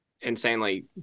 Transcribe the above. insanely